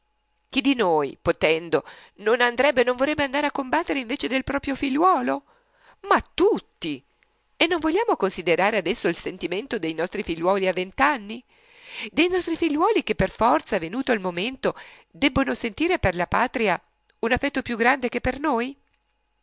chi di noi potendo non andrebbe non vorrebbe andare a combattere invece del proprio figliuolo ma tutti e non vogliamo considerare adesso il sentimento dei nostri figliuoli a vent'anni dei nostri figliuoli che per forza venuto il momento debbono sentire per la patria un affetto più grande che per noi